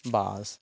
bus